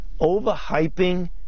overhyping